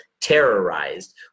terrorized